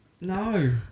No